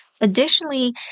Additionally